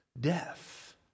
death